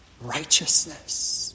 righteousness